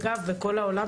אגב בכל העולם,